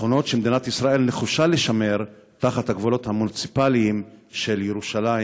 שמדינת ישראל נחושה לשמר תחת הגבולות המוניציפליים של ירושלים,